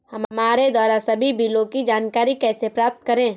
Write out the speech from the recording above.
हमारे द्वारा सभी बिलों की जानकारी कैसे प्राप्त करें?